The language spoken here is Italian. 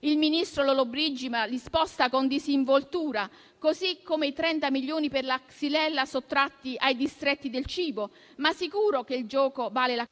il ministro Lollobrigida li sposta con disinvoltura, così come i 30 milioni per la xylella sottratti ai distretti del cibo. Ma sicuro che il gioco vale…